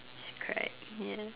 she cried ya